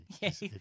Yes